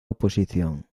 oposición